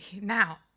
Now